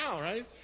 right